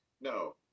no